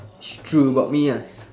t~ true about me ah